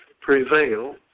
prevail